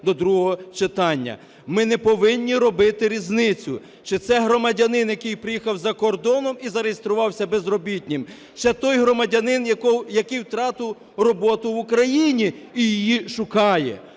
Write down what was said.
ми не повинні робити різницю, чи це громадянин, який приїхав з-за закордону і зареєструвався безробітним, чи той громадянин, який втратив роботу в Україні і її шукає.